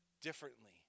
differently